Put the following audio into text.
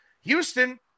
Houston